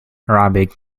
arabic